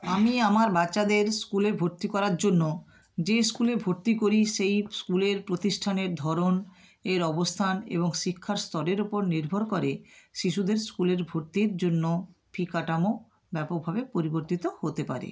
আমি আমার বাচ্চাদের স্কুলে ভর্তি করার জন্য যেই স্কুলে ভর্তি করি সেই স্কুলের প্রতিষ্ঠানের ধরন এর অবস্থান এবং শিক্ষার স্তরের উপর নির্ভর করে শিশুদের স্কুলের ভর্তির জন্য ফি কাঠামো ব্যাপকভাবে পরিবর্তিত হতে পারে